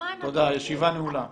תודה רבה, הישיבה נעולה.